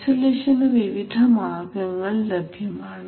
ഐസലേഷനു വിവിധ മാർഗങ്ങൾ ലഭ്യമാണ്